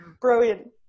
Brilliant